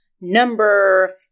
Number